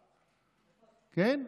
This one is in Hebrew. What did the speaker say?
כן?